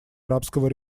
арабского